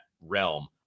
realm